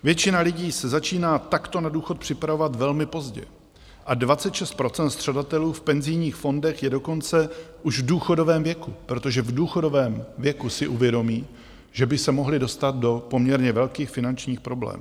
Většina lidí se začíná takto na důchod připravovat velmi pozdě, a 26 % střadatelů v penzijních fondech je dokonce už v důchodovém věku, protože v důchodovém věku si uvědomí, že by se mohli dostat do poměrně velkých finančních problémů.